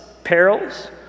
Perils